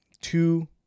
two